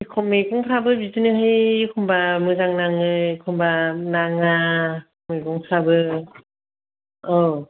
एखमबा मैगंफ्राबो बिदिनोहाय एखमबा मोजां नांङो एखमबा नाङा मैगंफ्राबो औ